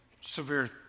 severe